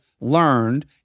learned